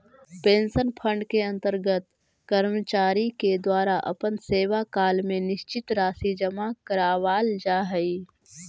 pension fund के अंतर्गत कर्मचारि के द्वारा अपन सेवाकाल में निश्चित राशि जमा करावाल जा हई